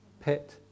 pet